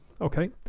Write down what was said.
okay